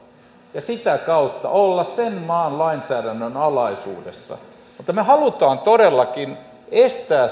ja sitä kautta olla sen maan lainsäädännön alaisuudessa mutta me haluamme todellakin estää